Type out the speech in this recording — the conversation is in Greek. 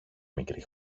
μικρή